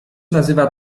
nazywa